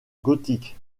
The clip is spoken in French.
gothiques